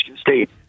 State